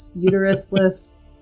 uterusless